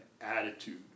attitude